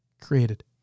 created